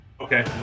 Okay